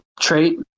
trait